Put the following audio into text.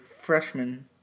freshman